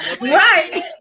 Right